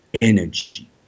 energy